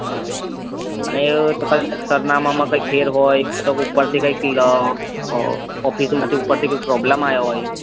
હા અને એવું હોય તો કદાચ સરનામા કઈ ફેર હોય કાં તો ઉપરથી કઈ ઓફિસમાંથી ઉપરથી કઈ પ્રોબ્લેમ આયો હોય